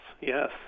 Yes